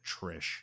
Trish